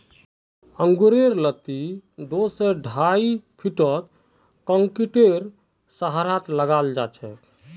अंगूरेर लत्ती दो स ढाई फीटत कंक्रीटेर सहारात लगाछेक